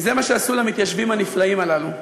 אם זה מה שעשו למתיישבים הנפלאים הללו,